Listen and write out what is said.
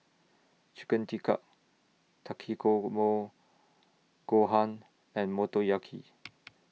Chicken Tikka Takikomi Gohan and Motoyaki